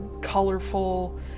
colorful